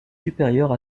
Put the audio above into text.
supérieure